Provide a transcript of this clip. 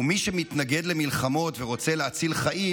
הוא מי שמתנגד למלחמות ורוצה להציל חיים,